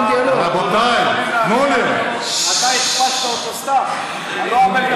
אתה הכפשת אותו סתם, על לא עוול בכפו.